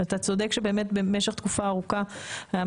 אתה צודק שבמשך תקופה ארוכה באמת היה